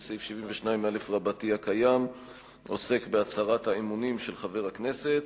וסעיף 72א הקיים עוסק בהצהרת האמונים של חבר הכנסת.